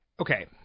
Okay